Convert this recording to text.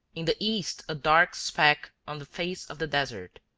in the east a dark speck on the face of the desert.